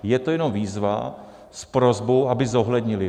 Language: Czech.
Je to jenom výzva s prosbou, aby zohlednili.